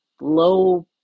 Low